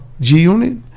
G-Unit